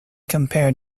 compared